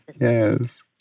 Yes